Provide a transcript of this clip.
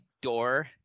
door